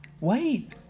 Wait